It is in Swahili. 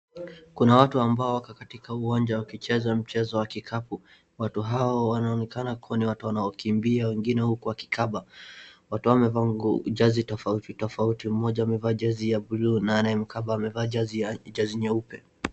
Kuna wat ambao wako katika uwanja wakicheza mchezo wa kikapu, watu hao wanaonekana kuwa ni watu wanaokimbia wengine huku wakikaba, watu hao wamevaa jezi tofauti tofauti, mmoja amevaa jezi ya buluu na anayemkaba amevaa jezi nyeupe.